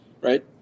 Right